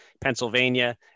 Pennsylvania